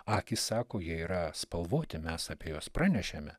akys sako jie yra spalvoti mes apie juos pranešėme